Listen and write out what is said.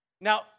Now